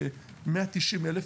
כ-190,000